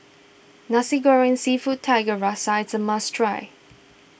Nasi Goreng Seafood Tiga Rasa is a must try